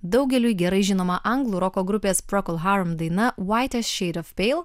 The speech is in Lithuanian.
daugeliui gerai žinoma anglų roko grupės procol harum daina whiter shade of pale